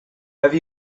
have